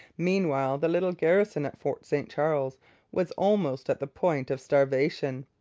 meanwhile the little garrison at fort st charles was almost at the point of starvation.